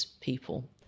people